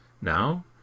Now